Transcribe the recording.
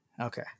Okay